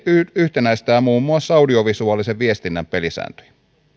yhtenäistää muun muassa audiovisuaalisen viestinnän pelisääntöjä